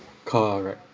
correct